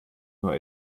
nur